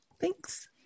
Thanks